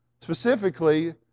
specifically